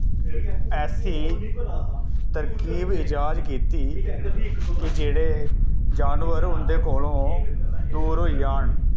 ऐसी तरकीव ईजाज कीती कि जेह्ड़े जानवर उंदे कोलों दूर होई जान